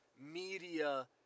media